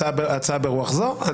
הצעה ברוח זו.